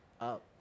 up